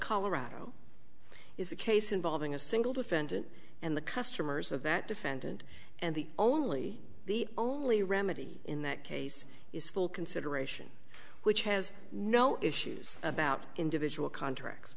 colorado is a case involving a single defendant and the customers of that defendant and the only the only remedy in that case is full consideration which has no issues about individual contracts